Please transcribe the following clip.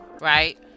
right